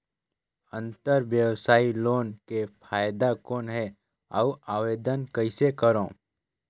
अंतरव्यवसायी लोन के फाइदा कौन हे? अउ आवेदन कइसे करव?